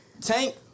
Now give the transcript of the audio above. Tank